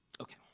Okay